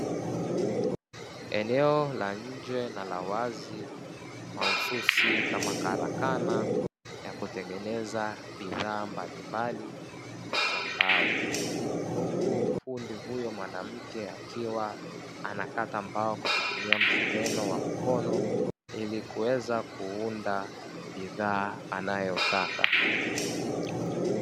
Eneo la nje na la wazi mahususi kama karakana ya kutengeneza bidhaa mbalimbali za mbao, huku fundi huyo mwanamke akiwa anakata mbao kwa kutumia msumeno wa mkono ili kuweza kuunda bidhaa anayotaka.